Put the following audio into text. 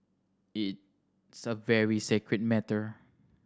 it a very sacred matter